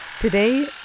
Today